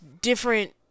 different